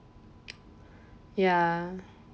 ya